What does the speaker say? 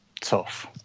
tough